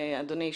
אדוני,